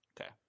Okay